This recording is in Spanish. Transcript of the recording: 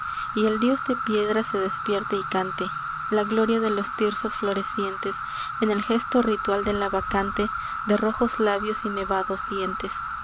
y el dios de piedra se despierte y cante la gloria de los tirsos florecientes en el gesto ritual de la bacante de rojos labios y nevados dientes